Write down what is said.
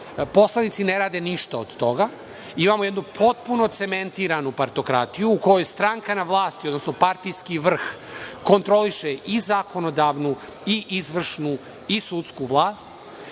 Poslanici ne rade ništa od toga i imamo jednu potpuno cementiranu partokratiju u kojoj stranka na vlasti, odnosno partijski vrh kontroliše i zakonodavnu, i izvršnu, i sudsku vlast.